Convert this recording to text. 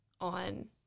on